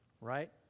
right